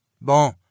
bon